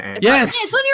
Yes